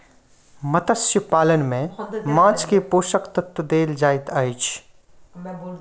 मत्स्य पालन में माँछ के पोषक तत्व देल जाइत अछि